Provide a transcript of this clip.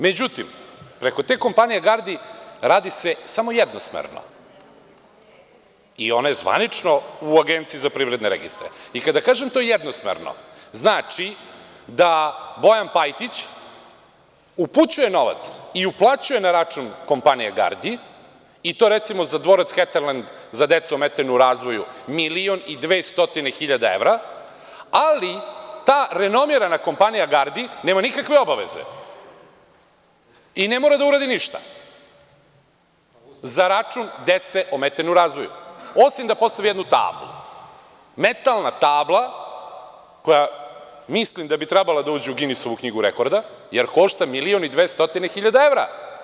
Međutim, preko te kompanije „Gardi“ radi se samo jednosmerno i ona je zvanično u Agenciji za privredne registre i kada kažem to jednosmerno znači da Bojan Pajtić upućuje novac i uplaćuje na račun kompanije „Gardi“ i to recimo za dvorac „Heterlend“ za decu ometenu u razvoju milion i 200 hiljada evra, ali ta renomirana kompanija „Gardi“ nema nikakve obaveze i ne mora da uradi ništa za račun dece omete u razvoju, osim da postavi jednu tablu - metalna tabla koja mislim da bi trebalo da uđu u Ginisovu knjigu rekorda, jer košta milion i 200 hiljada evra.